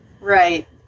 Right